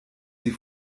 sie